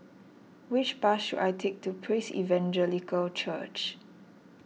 which bus should I take to Praise Evangelical Church